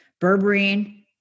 Berberine